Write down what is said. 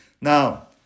Now